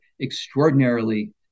extraordinarily